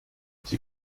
sie